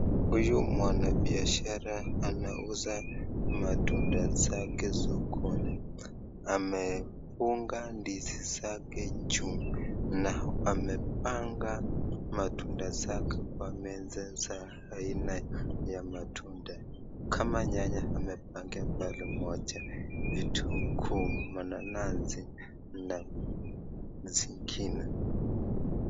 Huyu mwanabiashara anauza matunda zake sokoni. Amefunga ndizi zake juu na amepanga matunda zake kwa meza za aina ya matunda. Kama nyanya, amepanga pale moja, vitunguu, mananasi na zingine.